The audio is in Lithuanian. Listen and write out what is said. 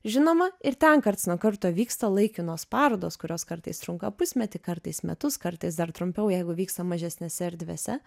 žinoma ir ten karts nuo karto vyksta laikinos parodos kurios kartais trunka pusmetį kartais metus kartais dar trumpiau jeigu vyksta mažesnėse erdvėse